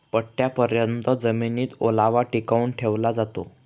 पट्टयापर्यत जमिनीत ओलावा टिकवून ठेवला जातो